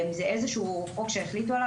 זה איזשהו חוק שהחליטו עליו,